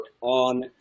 on